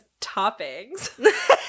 toppings